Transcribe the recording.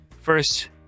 first